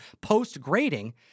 post-grading